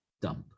dump